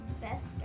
best